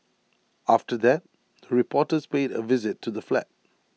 after that the reporters paid A visit to the flat